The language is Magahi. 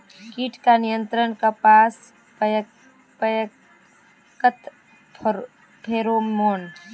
कीट का नियंत्रण कपास पयाकत फेरोमोन?